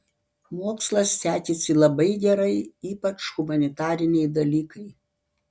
mokslas sekėsi labai gerai ypač humanitariniai dalykai